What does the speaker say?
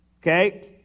Okay